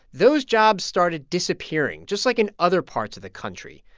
those jobs started disappearing, just like in other parts of the country.